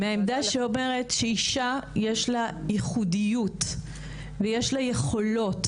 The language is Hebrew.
מהעמדה שאומרת שלאישה יש ייחודיות ויש לה יכולות,